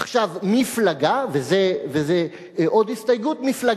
עכשיו, וזו עוד הסתייגות שלצערי